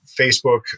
Facebook